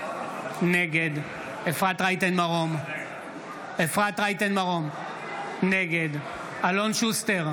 נגד אריאל קלנר, בעד יצחק קרויזר,